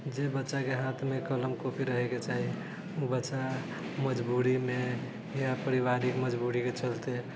जे बच्चा के हाथ मे कलम कॉपी रहय के चाही ओ बच्चा मजबूरी मे या पारिवारिक मजबूरी के चलते